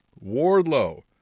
Wardlow